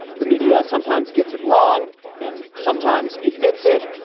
the media sometimes gets it wrong and sometimes admits it.